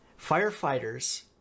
Firefighters